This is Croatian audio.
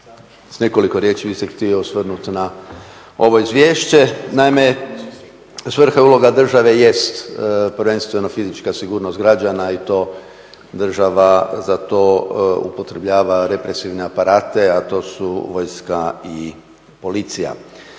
s nekoliko riječi bih se htio osvrnuti na ovo izvješće. Naime, svrha i uloga države jest prvenstveno fizička sigurnost građana i to država za to upotrebljava represivne aparate a to su vojska i policija.